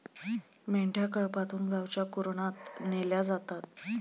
मेंढ्या कळपातून गावच्या कुरणात नेल्या जातात